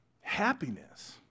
happiness